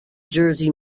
jersey